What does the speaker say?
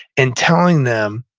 and telling them,